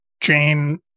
Jane